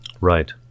Right